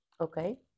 okay